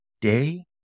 day